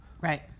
Right